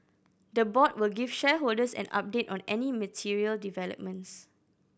the board will give shareholders an update on any material developments